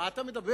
מה אתה מדבר,